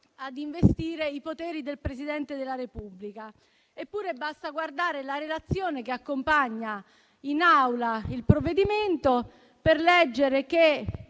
ad investire i poteri del Presidente della Repubblica. Basta guardare la relazione che accompagna in Aula il provvedimento per leggere,